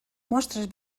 mostres